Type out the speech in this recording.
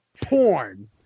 porn